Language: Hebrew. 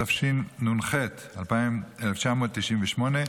התשנ"ח 1998,